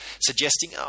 suggesting